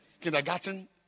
kindergarten